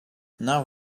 now